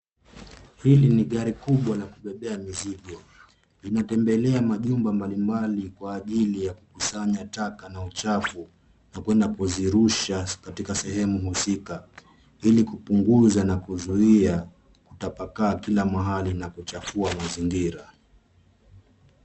Hili ni gari kubwa la kubebea mizigo. Inatembelea majumba mbalimbali kwa ajili ya kukusanya taka na uchafu na kwenda kuzirusha katika sehemu husika ili kupunguza na kuzuia kutapakaa kila mahali na kuchafua mazingira.